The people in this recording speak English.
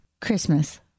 Christmas